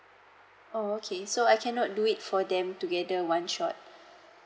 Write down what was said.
oh okay so I cannot do it for them together one shot